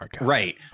Right